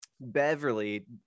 Beverly